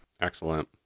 excellent